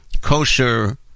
kosher